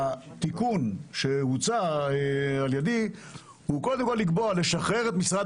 התיקון שהוצע על ידי הוא קודם כול לשחרר את משרד